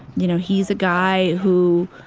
you know, he's a guy who